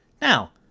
Now